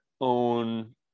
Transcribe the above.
own